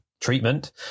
treatment